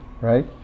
right